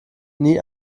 nie